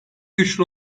güçlü